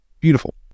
beautiful